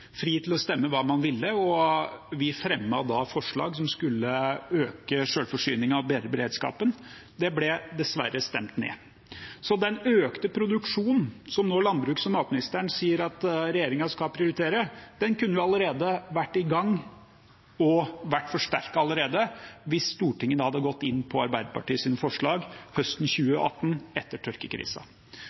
fri til å stemme hva man ville. Vi fremmet da forslag som skulle øke selvforsyningen og bedre beredskapen. Det ble dessverre stemt ned. Så den økte produksjonen som landbruks- og matministeren nå sier at regjeringen skal prioritere, kunne allerede vært i gang og allerede vært forsterket hvis Stortinget hadde gått inn for Arbeiderpartiets forslag høsten 2018, etter